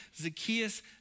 Zacchaeus